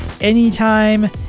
anytime